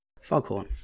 Foghorn